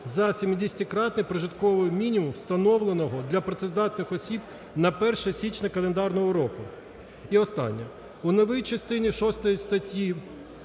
за 70-кратний прожитковий мінімум, встановлений для працездатний осіб на 1 січня календарного року. І останнє. У новій частині 6 статті